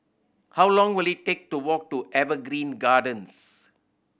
how long will it take to walk to Evergreen Gardens